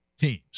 teams